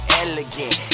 elegant